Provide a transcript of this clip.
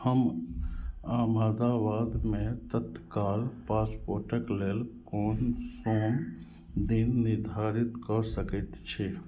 हम अहमदाबादमे तत्काल पासपोर्टक लेल कोन सोम दिन निर्धारित कऽ सकैत छी